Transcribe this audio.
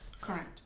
Correct